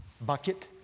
Bucket